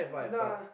nah